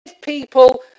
people